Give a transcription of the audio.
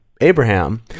Abraham